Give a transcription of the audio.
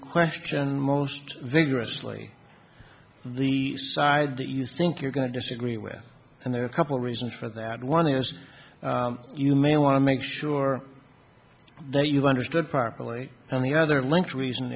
question most vigorously the side that you think you're going to disagree with and there are a couple reasons for that one is you may want to make sure that you've understood properly and the other links reason